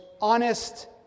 honest